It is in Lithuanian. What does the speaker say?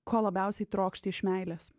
ko labiausiai trokšti iš meilės